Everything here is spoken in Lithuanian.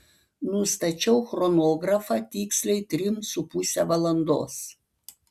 nustačiau chronografą tiksliai trim su puse valandos